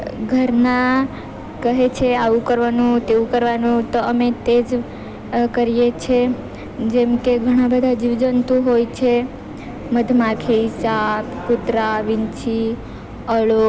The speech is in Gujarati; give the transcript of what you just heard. ઘરના કહે છે આવું કરવાનું તેવું કરવાનું તો અમે તે જ કરીએ છીએ જેમ કે ઘણાં બધાં જીવજંતુ હોય છે મધમાખી સાપ કૂતરા વિંછી અળો